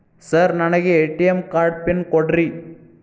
Sir ನನಗೆ ATM card PIN ಕೊಡ್ರಿ?